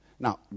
Now